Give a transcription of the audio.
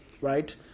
right